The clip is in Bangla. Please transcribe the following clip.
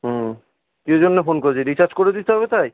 হুম কী জন্য ফোন করলি রিচার্জ করে দিতে হবে তাই